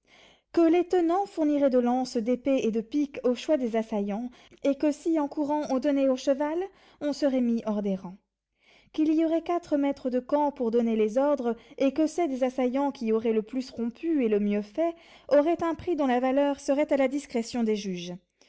que les tenants fourniraient de lances d'épées et de piques au choix des assaillants et que si en courant on donnait au cheval on serait mis hors des rangs qu'il y aurait quatre maîtres de camp pour donner les ordres et que ceux des assaillants qui auraient le plus rompu et le mieux fait auraient un prix dont la valeur serait à la discrétion des juges